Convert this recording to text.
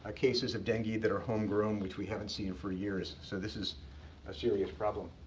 ah cases of dengue that are homegrown, which we haven't seen for years. so this is a serious problem.